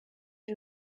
iri